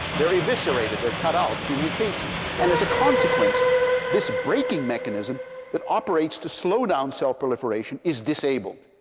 they're eviscerated. they're cut out through mutations. and as a consequence this braking mechanism that operates to slow down cell proliferation is disabled.